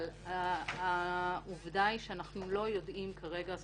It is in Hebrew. אבל העובדה היא שאנחנו לא יודעים כרגע.